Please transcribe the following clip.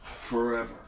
Forever